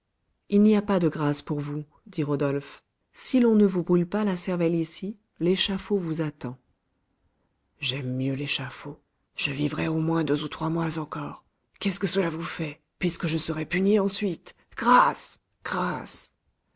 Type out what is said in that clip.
il n'y a pas de grâce pour vous dit rodolphe si l'on ne vous brûle pas la cervelle ici l'échafaud vous attend j'aime mieux l'échafaud je vivrai au moins deux ou trois mois encore qu'est-ce que cela vous fait puisque je serai puni ensuite grâce grâce